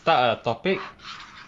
start a topic